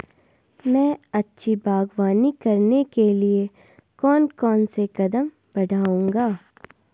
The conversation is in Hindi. मैं अच्छी बागवानी करने के लिए कौन कौन से कदम बढ़ाऊंगा?